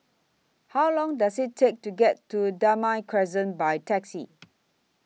How Long Does IT Take to get to Damai Crescent By Taxi